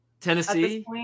Tennessee